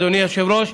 אדוני היושב-ראש,